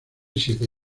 siete